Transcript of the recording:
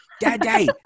Daddy